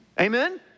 Amen